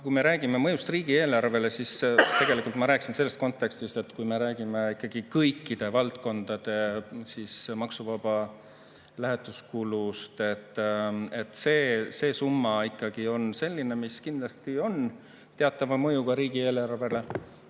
eurot olema. Mõjust riigieelarvele ma tegelikult rääkisin selles kontekstis, et kui me [arvestame] ikkagi kõikide valdkondade maksuvaba lähetuskulu. See summa on ikkagi selline, mis kindlasti on teatava mõjuga riigieelarvele.